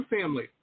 family